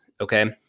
okay